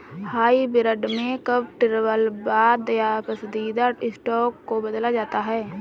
hybrid में convertible bond या पसंदीदा स्टॉक को बदला जाता है